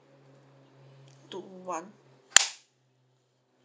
two one